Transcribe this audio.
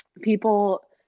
people